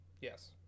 Yes